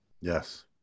Yes